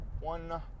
one